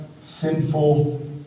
sinful